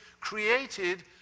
created